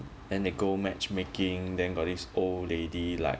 and they go matchmaking then got this old lady like